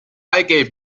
eigelb